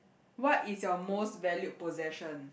what is your most valued possession